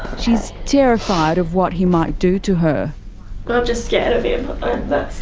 she's terrified of what he might do to her. i'm just scared of him.